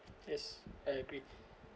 yes I agree